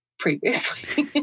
previously